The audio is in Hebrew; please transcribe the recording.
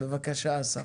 בבקשה, אסף.